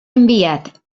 enviat